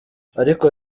ariko